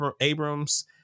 Abrams